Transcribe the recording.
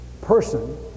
person